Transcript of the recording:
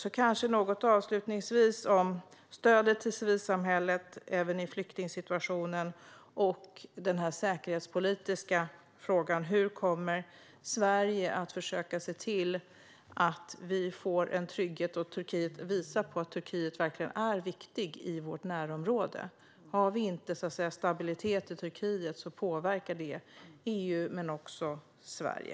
Jag skulle avslutningsvis vilja höra något om stödet till civilsamhället även i flyktingsituationen och den säkerhetspolitiska frågan: Hur kommer Sverige att försöka se till att vi får en trygghet och att visa på att Turkiet verkligen är viktigt i vårt närområde? Om vi inte har stabilitet i Turkiet påverkar det EU men också Sverige.